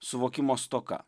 suvokimo stoka